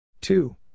Two